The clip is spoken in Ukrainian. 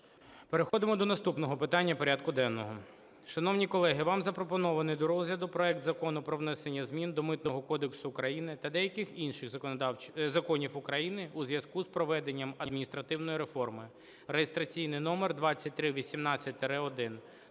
Переходимо до наступного питання порядку денного. Шановні колеги, вам запропонований до розгляду проект Закону про внесення змін до Митного кодексу України та деяких інших законів України у зв'язку з проведенням адміністративної реформи (реєстраційний номер 2318-1).